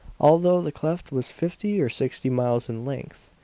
although the cleft was fifty or sixty miles in length,